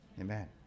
Amen